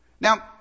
Now